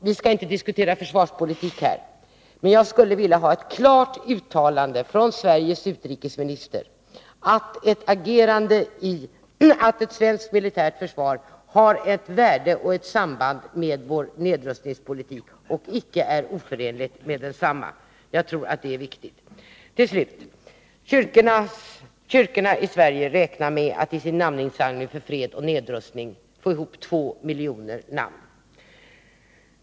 Vi skall inte diskutera försvarspolitik här, men jag skulle vilja ha ett klart uttalande från Sveriges utrikesminister, att ett svenskt militärt försvar har ett värde och ett samband med vår nedrustningspolitik och icke är oförenligt med densamma. Jag tror att det är viktigt. Till slut: Kyrkorna i Sverige räknar med att i sin namninsamling för fred och nedrustning få ihop 2 miljoner namn.